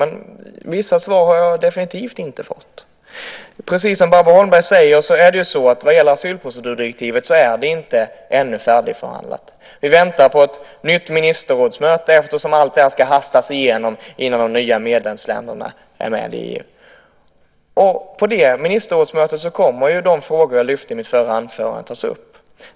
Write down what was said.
Men vissa svar har jag definitivt inte fått. Precis som Barbro Holmberg säger är asylprocedurdirektivet ännu inte färdigförhandlat. Vi väntar på ett nytt ministerrådsmöte eftersom allt det här ska hastas igenom innan de nya medlemsländerna är med i EU. På det ministerrådsmötet kommer ju de frågor som jag lyfte fram i mitt förra anförande att tas upp.